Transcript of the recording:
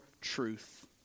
truth